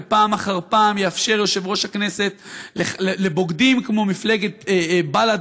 ופעם אחר פעם יאפשר יושב-ראש הכנסת לבוגדים כמו מפלגת בל"ד,